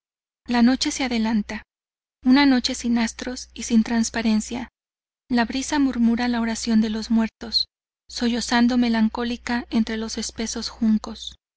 la noche se adelanta una noche sin astros y sin transparencia la brisa murmura la oración de los muertos sollozando melancólica entre los espesos juncos